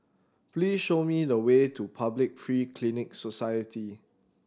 please show me the way to Public Free Clinic Society